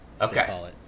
Okay